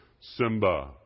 Simba